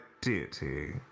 deity